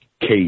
case